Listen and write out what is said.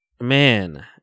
Man